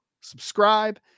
subscribe